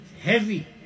heavy